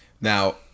Now